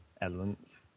elements